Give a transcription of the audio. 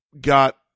got